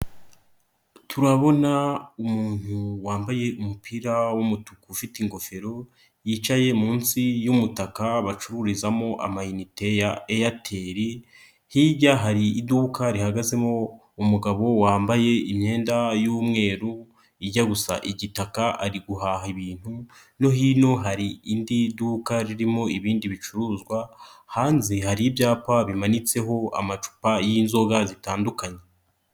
Turabona umuntu wambaye umupira w'umutuku ufite ingofero, yicaye munsi y'umutaka bacururizamo amainite ya airtel, hirya hari iduka rihagazemo umugabo wambaye imyenda y'umweru ijya gusa igitaka ari guhaha ibintu, no hino hari indi duka ririmo ibindi bicuruzwa, hanze hari ibyapa bimanitseho amacupa y'inzoga zitandukanye.